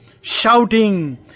shouting